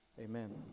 Amen